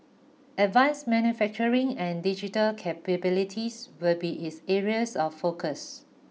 advanced manufacturing and digital capabilities will be its areas of focus